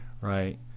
right